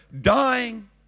dying